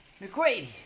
McGrady